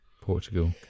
Portugal